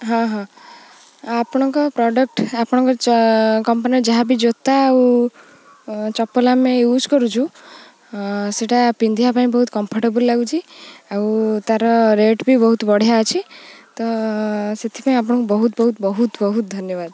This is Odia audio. ହଁ ହଁ ଆପଣଙ୍କ ପ୍ରଡ଼କ୍ଟ୍ ଆପଣଙ୍କ କମ୍ପାନୀର ଯାହା ବିି ଜୋତା ଆଉ ଚପଲ ଆମେ ୟୁଜ୍ କରୁଛୁ ସେଇଟା ପିନ୍ଧିବା ପାଇଁ ବହୁତ କମ୍ଫର୍ଟେବୁଲ୍ ଲାଗୁଛି ଆଉ ତା'ର ରେଟ୍ ବି ବହୁତ ବଢ଼ିଆ ଅଛି ତ ସେଥିପାଇଁ ଆପଣଙ୍କୁ ବହୁତ ବହୁତ ବହୁତ ବହୁତ ଧନ୍ୟବାଦ